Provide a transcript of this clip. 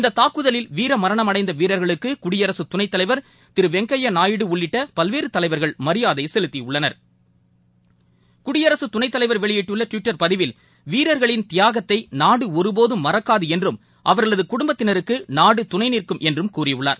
இந்த தாக்குதலில் வீரமரணம் அடைந்த வீரர்களுக்கு குடியரசு துணைத்தலைவர் திரு வெங்கையா நாயுடு உள்ளிட்ட பல்வேறு தலைவர்கள் மரியாதை செலுத்தியுள்ளனர் குடியரசு துணைத்தலைவர் வெளியிட்டுள்ள டுவிட்டர்பதிவில் வீரர்களின் தியாகத்தை நாடு ஒருபோதும் மறக்காது என்றும் அவர்களது குடும்பத்தினருக்கு நாடு துணை நிற்கும் என்றும் கூறியுள்ளார்